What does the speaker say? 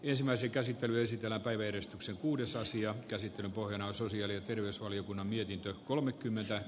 ensimmäisen käsittelyn sisällä päivystyksen kuudessa asian käsittelyn pohjana sosiaali ja terveysvaliokunnan mietintö kolmekymmentä